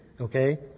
Okay